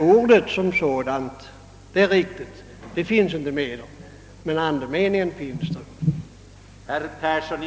Ordet som sådant finns inte i utredningen — det är riktigt — men andemeningen är den jag redovisat.